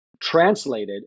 translated